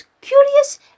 curious